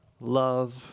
love